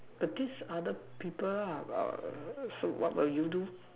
but these other people ah but what will you do